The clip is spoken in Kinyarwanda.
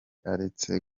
aretse